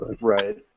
Right